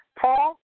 Paul